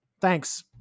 Thanks